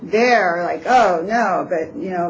there like oh yeah you know